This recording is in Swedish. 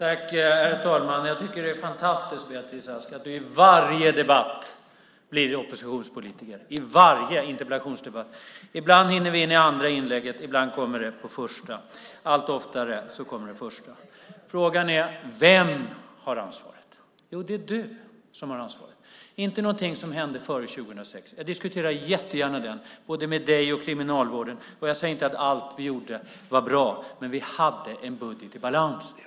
Herr talman! Det är fantastiskt att Beatrice Ask i varje interpellationsdebatt blir oppositionspolitiker. Ibland hinner vi till andra inlägget, ibland är det i första inlägget. Allt oftare blir det i det första inlägget. Vem har ansvaret? Jo, det är du som har ansvar. Det är inte fråga om något som hände före 2006. Jag diskuterar jättegärna med dig den tiden och Kriminalvården och jag säger inte att allt vi gjorde var bra, men vi hade en budget i balans.